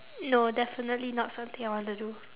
no definitely not something I want to do